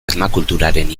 permakulturaren